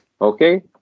Okay